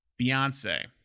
Beyonce